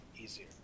easier